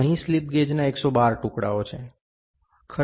અહીં સ્લિપ ગેજના 112 ટુકડાઓ છે